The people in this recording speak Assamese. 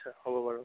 আচ্ছা হ'ব বাৰু